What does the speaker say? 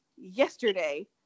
yesterday